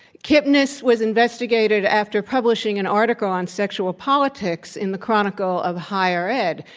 kipnis was investigated after publishing an article on sexual politics in the chronicle of higher ed.